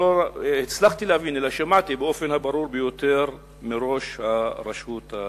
לא שהצלחתי להבין אלא שמעתי באופן הברור ביותר מראש הרשות הפלסטינית.